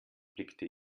blickte